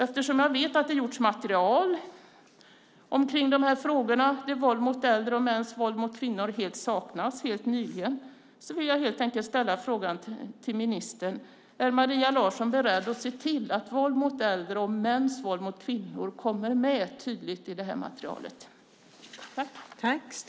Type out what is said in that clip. Eftersom jag vet att det helt nyligen har gjorts material om de här frågorna där våld mot äldre och mäns våld mot kvinnor är frågor som helt saknas vill jag helt enkelt ställa frågan till ministern: Är Maria Larsson beredd att se till att våld mot äldre och mäns våld mot kvinnor kommer med tydligt i det här materialet?